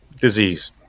disease